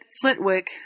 Flitwick